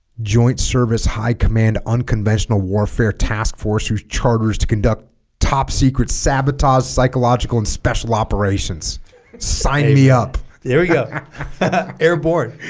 joint service high command unconventional warfare task force who charters to conduct top secret sabotage psychological and special operations sign me up here we go airborne